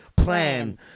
plan